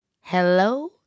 Hello